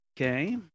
Okay